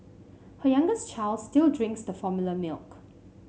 her youngest child still drinks the formula milk